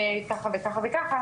וככה וככה.